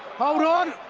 hold on,